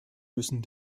müssen